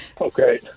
Okay